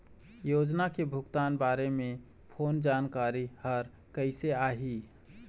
योजना के भुगतान के बारे मे फोन जानकारी हर कइसे आही?